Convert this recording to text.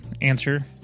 answer